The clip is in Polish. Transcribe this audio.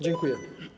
Dziękuję.